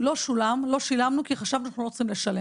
לא שילמנו כי חשבנו שאנחנו לא צריכים לשלם.